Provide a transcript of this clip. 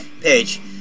page